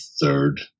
third